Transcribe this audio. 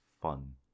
fun